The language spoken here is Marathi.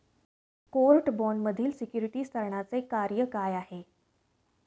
कोर्ट बाँडमधील सिक्युरिटीज तारणाचे कार्य काय आहे?